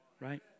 right